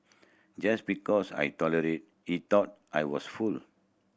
just because I tolerated he thought I was fool